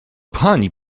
pani